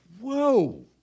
whoa